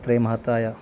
ഇത്രയും മഹത്തായ